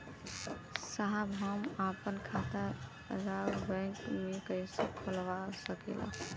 साहब हम आपन खाता राउर बैंक में कैसे खोलवा सकीला?